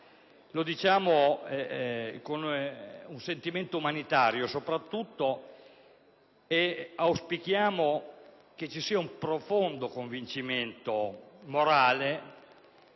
lo dichiariamo con un sentimento umanitario e, soprattutto, auspichiamo che ci sia un profondo convincimento morale